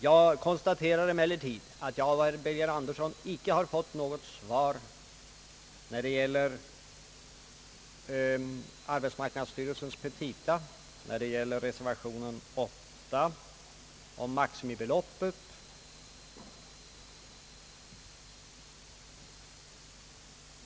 Jag konstaterar emellertid att jag av herr Birger Andersson icke har fått något svar när det gäller arbetsmarknadsstyrelsens petita i förhållande till reservationen nr 8 om maximibeloppet.